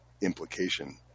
implication